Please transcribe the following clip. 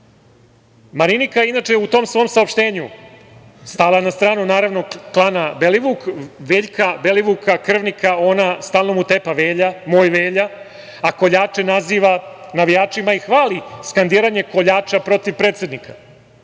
vidimo. Marinika je inače u tom svom saopštenju stala na stranu, naravno klana Veljka Belivuka, krvnika, ona mu stalno tepa Velja, moj Velja, a koljače naziva navijačima i hvali skandiranje koljača protiv predsednika. Da